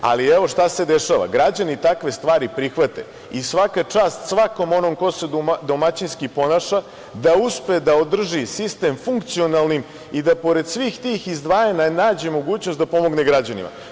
Ali, evo šta se dešava, građani takve stvari prihvate i svaka čast svakom onom ko se domaćinski ponaša da uspe da održi sistem funkcionalnim i da pored svih tih izdvajanja nađe mogućnost da pomogne građanima.